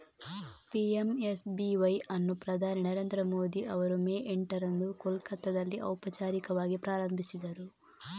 PMSBY ಅನ್ನು ಪ್ರಧಾನಿ ನರೇಂದ್ರ ಮೋದಿ ಅವರು ಮೇ ಎಂಟರಂದು ಕೋಲ್ಕತ್ತಾದಲ್ಲಿ ಔಪಚಾರಿಕವಾಗಿ ಪ್ರಾರಂಭಿಸಿದರು